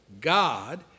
God